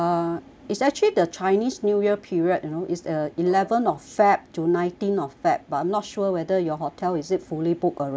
it's actually the chinese new year period you know it's a eleventh of feb to nineteen of feb but I'm not sure whether your hotel is it fully booked already